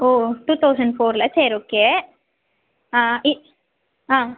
ஓ two thousand ஃபோர்ல சரி okay ஆ இ ஆ